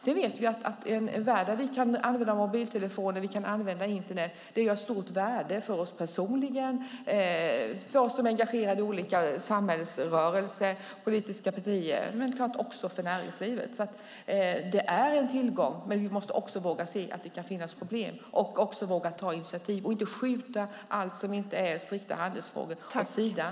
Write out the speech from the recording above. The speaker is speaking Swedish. Sedan vet vi att det är av stort värde för oss personligen som är engagerade i olika samhällsrörelser och politiska partier, men också för näringslivet, att i denna värld kunna använda mobiltelefoner och internet. Det är en tillgång, men vi måste våga se att det kan finnas problem och också våga ta initiativ och inte skjuta allt som inte är strikta handelsfrågor åt sidan.